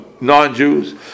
non-Jews